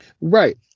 Right